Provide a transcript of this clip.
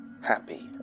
happy